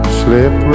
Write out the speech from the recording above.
slip